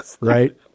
right